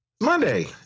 Monday